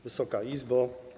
Wysoka Izbo!